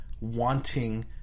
wanting